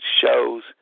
shows